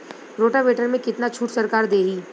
Rotavator में कितना छूट सरकार देही?